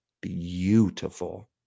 beautiful